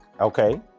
Okay